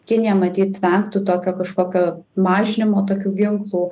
kinija matyt vengtų tokio kažkokio mažinimo tokių ginklų